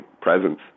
presence